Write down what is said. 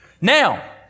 Now